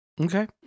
Okay